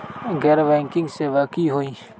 गैर बैंकिंग सेवा की होई?